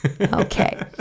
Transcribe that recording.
Okay